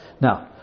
Now